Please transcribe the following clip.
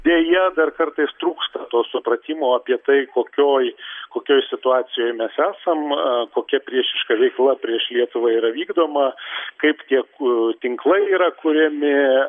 deja dar kartais trūksta to supratimo apie tai kokioj kokioj situacijoj mes esam kokia priešiška veikla prieš lietuvą yra vykdoma kaip tie ku tinklai yra kuriami